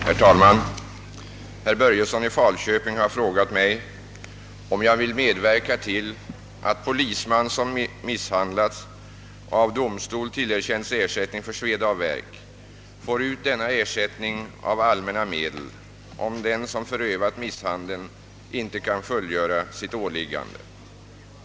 Herr talman! Herr Börjesson i Falköping har frågat mig om jag vill medverka till att polisman, som misshandlats och av domstol tillerkänts ersättning för sveda och värk, får ut denna ersättning av allmänna medel, om den som förövat misshandeln inte kan fullgöra sitt åliggande.